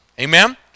Amen